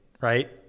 right